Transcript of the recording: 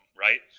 right